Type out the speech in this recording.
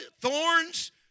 thorns